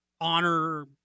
honor